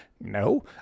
No